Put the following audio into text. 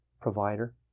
provider